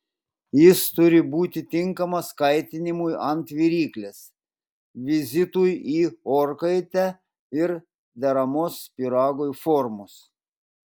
jis turi būti tinkamas kaitinimui ant viryklės vizitui į orkaitę ir deramos pyragui formos